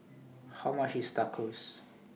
How much IS Tacos